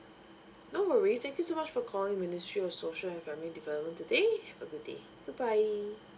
no worries thank you so much for calling ministry of social and family development today have a good day goodbye